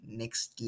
next